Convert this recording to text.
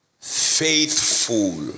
faithful